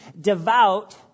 devout